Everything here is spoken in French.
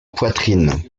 poitrine